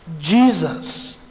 Jesus